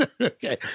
Okay